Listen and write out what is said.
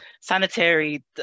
sanitary